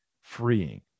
freeing